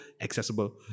accessible